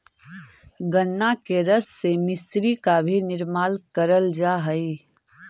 गन्ना के रस से मिश्री का भी निर्माण करल जा हई